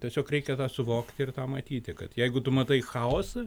tiesiog reikia tą suvokti ir tą matyti kad jeigu tu matai chaosą